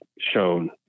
shown